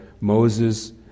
Moses